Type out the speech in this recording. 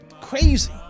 Crazy